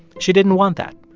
she didn't want that.